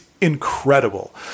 incredible